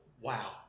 wow